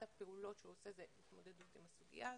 הפעולות שהוא עושה זה להתמודד עם הסוגיה הזאת.